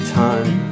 time